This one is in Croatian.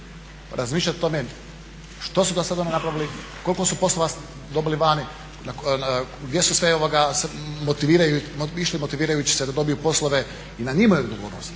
razmišljati o tome što su oni dosad napravili, koliko su poslova dobili vani, gdje su sve išli motivirajući se da dobiju poslove i na njima je odgovornost,